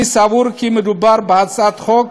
אני סבור כי מדובר בהצעת חוק